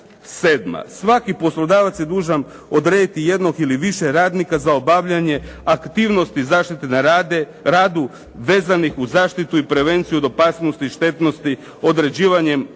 7., svaki poslodavac je dužan odrediti jednog ili više radnika za obavljanje aktivnosti zaštite na radu vezanih uz zaštitu i prevenciju od opasnosti, štetnosti određivanjem ovlaštenika